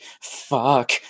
fuck